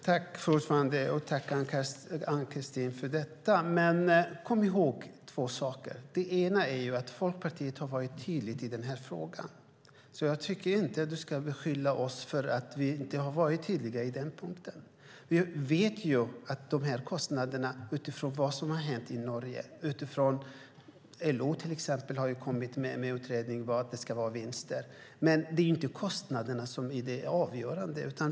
Fru talman! Tack för detta, Ann-Christin Ahlberg. Kom ihåg två saker! Folkpartiet har varit tydligt i denna fråga. Jag tycker därför inte att du ska beskylla oss för att ha varit otydliga på denna punkt. Vi vet också utifrån vad som har hänt i Norge och utifrån att LO till exempel har kommit med en utredning om vinsterna att det inte är kostnaderna som är det avgörande.